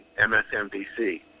MSNBC